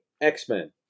X-Men